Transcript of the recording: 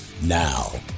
Now